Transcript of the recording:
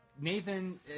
Nathan